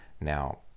Now